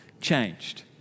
changed